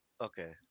Okay